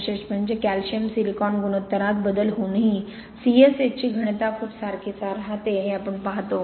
विशेष म्हणजे calcium silicon गुणोत्तरात बदल होऊनही C S H ची घनता खूप सारखीच राहते हे आपण पाहतो